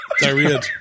diarrhea